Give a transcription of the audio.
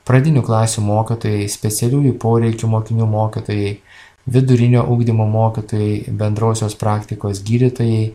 pradinių klasių mokytojai specialiųjų poreikių mokinių mokytojai vidurinio ugdymo mokytojai bendrosios praktikos gydytojai